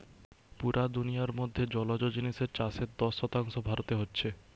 পুরা দুনিয়ার মধ্যে জলজ জিনিসের চাষের দশ শতাংশ ভারতে হচ্ছে